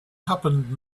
happened